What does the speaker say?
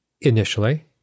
initially